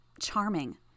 charming